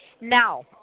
Now